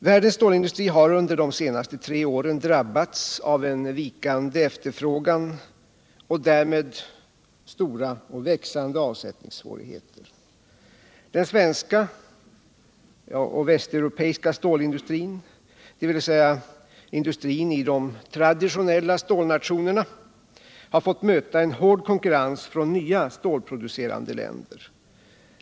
Världens stålindustri har under de senaste tre åren drabbats av en vikande efterfrågan och därmed stora och växande avsättningssvårigheter. nella stålnationerna, har fått möta en hård konkurrens från nya stålproducerande länder.